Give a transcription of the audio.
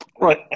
Right